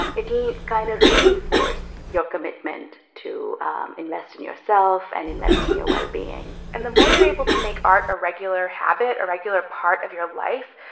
um it'll kind of reinforce your commitment to invest in yourself and invest in your well-being and the more you're able to make art a regular habit, a regular part of your life,